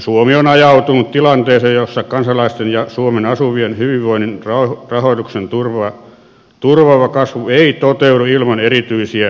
suomi on ajautunut tilanteeseen jossa kansalaisten ja suomessa asuvien hyvinvoinnin rahoituksen turvaava kasvu ei toteudu ilman erityisiä ponnisteluja